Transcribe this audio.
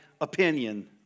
opinion